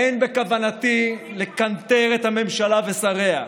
אין בכוונתי לקנטר את הממשלה ושריה,